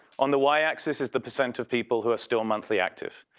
on the y axis is the percent of people who has still monthly active.